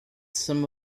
some